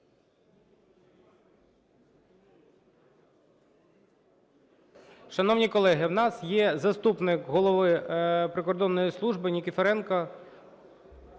Шановні колеги, у нас є заступник голови прикордонної служби Нікіфоренко